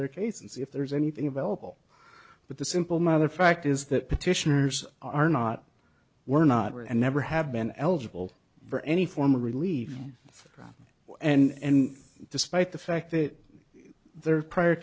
their case and see if there's anything about all but the simple matter fact is that petitioners are not we're not and never have been eligible for any form or relieve from and despite the fact that their prior